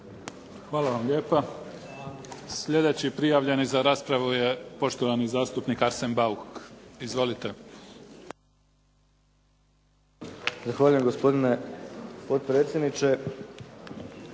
Hvala vam lijepa. Slijedeći prijavljeni za raspravu je poštovani zastupnik Arsen Bauk. Izvolite. **Bauk, Arsen (SDP)** Zahvaljujem gospodine potpredsjedniče.